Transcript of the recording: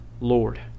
Lord